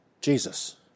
Jesus